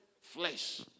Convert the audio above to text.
flesh